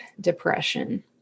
depression